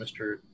Mr